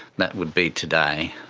that would be today.